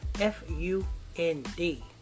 F-U-N-D